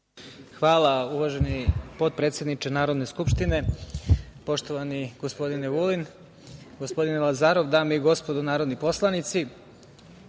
Hvala uvaženi potpredsedniče Narodne skupštine. Poštovani gospodine Vulin, gospodine Lazarov, dame i gospodo narodni poslanici,